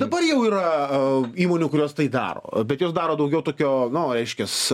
dabar jau yra įmonių kurios tai daro bet jos daro daugiau tokio nu reiškias